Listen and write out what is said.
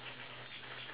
nope